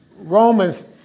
Romans